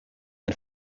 and